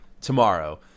Tomorrow